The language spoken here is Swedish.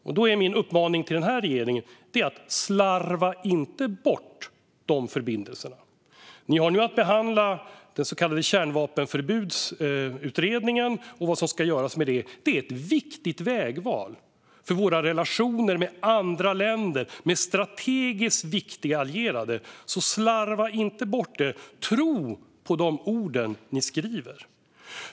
Därför är min uppmaning till den här regeringen: Slarva inte bort de förbindelserna! Ni har nu att behandla utredningen om kärnvapenförbud och vad som ska göras med den, och det är ett viktigt vägval för våra relationer med andra länder och med strategiskt viktiga allierade. Slarva alltså inte bort det! Tro på de ord ni skriver!